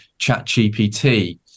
ChatGPT